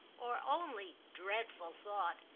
or only, dreadful thought,